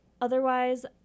otherwise